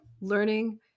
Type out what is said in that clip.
learning